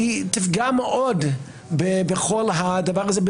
תפגע מאוד בכל הדבר הזה.